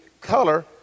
color